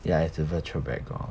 ya it's a virtual background